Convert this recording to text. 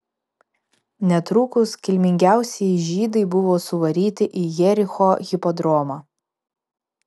netrukus kilmingiausieji žydai buvo suvaryti į jericho hipodromą